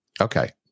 Okay